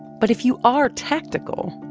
but if you are tactical,